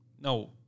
no